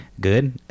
good